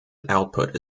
output